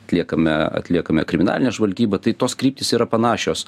atliekame atliekame kriminalinę žvalgybą tai tos kryptys yra panašios